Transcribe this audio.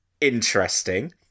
interesting